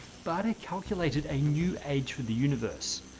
baade ah calculated a new age for the universe.